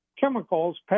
chemicals